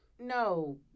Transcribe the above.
No